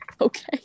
okay